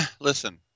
listen